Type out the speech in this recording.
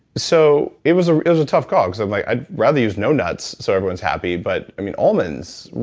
so it was ah it was a tough call, because i'm like, i'd rather use no nuts so everyone's happy, but almonds,